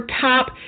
top